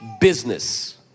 business